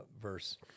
verse